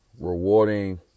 rewarding